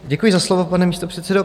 Děkuji za slovo, pane místopředsedo.